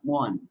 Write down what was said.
one